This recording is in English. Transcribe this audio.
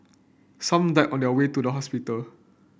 some died on their way to the hospital